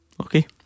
okay